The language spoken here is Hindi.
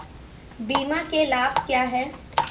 बीमा के लाभ क्या हैं?